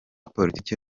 politike